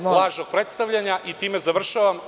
oko lažnog predstavljanja i time završavam.